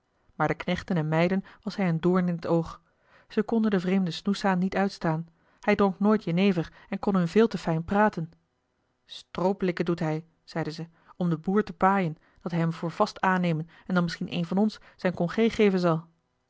maar den knechten en meiden was hij een doorn in het oog ze konden den vreemden snoeshaan niet uitstaan hij dronk nooit jenever en kon hun veel te fijn praten strooplikken doet hij zeiden ze om den boer te paaien dat hij hem voor vast aannemen en dan misschien een van ons zijn congé geven zal